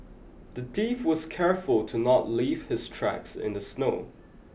the thief was careful to not leave his tracks in the snow